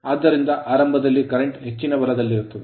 ಆದ್ದರಿಂದ ಆರಂಭದಲ್ಲಿ current current ಹೆಚ್ಚಿನ ಬಲದಲ್ಲಿರುತ್ತದೆ